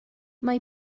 mae